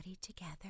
together